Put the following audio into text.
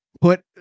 put